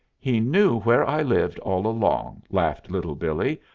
he knew where i lived all along, laughed little billee,